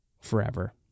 forever